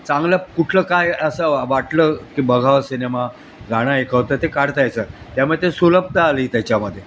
चांगलं कुठलं काय असं वाटलं की बघावं सिनेमा गाणं ऐकावं तर ते काढता येतात त्यामुळे ते सुलभता आली त्याच्यामध्ये